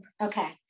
okay